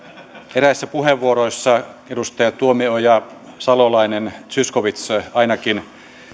eräissä puheenvuoroissa edustaja tuomioja salolainen ja zyskowicz ainakin